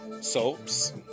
soaps